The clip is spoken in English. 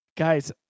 guys